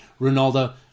Ronaldo